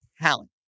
talent